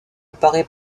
paraît